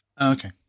okay